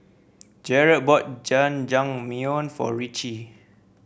Jerad bought Jajangmyeon for Ricci